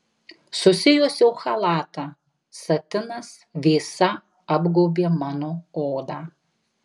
susijuosiau chalatą satinas vėsa apgaubė mano odą